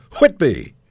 Whitby